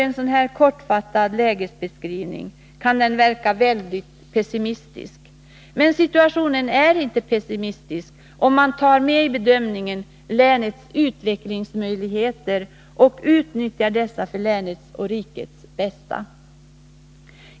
En sådan här kortfattad lägesbeskrivning kan verka väldigt pessimistisk, men situationen är inte pessimistisk om man tar med i bedömningen länets utvecklingsmöjligheter och utnyttjar dessa för länets och rikets bästa.